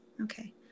Okay